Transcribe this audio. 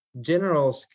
general